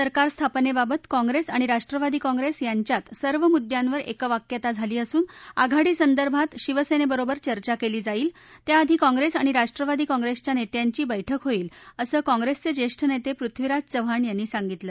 सरकार स्थापनेबाबत काँप्रेस आणि राष्ट्रवादी काँप्रेस यांच्यात सर्व मृद्यांवर एकवाक्यता झाली असुन आघाडीसंदर्भात शिवसेनेबरोबर चर्चा केली जाईल त्याआधी कॉंप्रेस आणि राष्ट्रवादी कॉंप्रेसच्या नेत्यांची बैठक होईल असं कॉंप्रेसचे ज्येष्ठ नेते पृथ्वीराज चव्हाण यांनी सांगितलं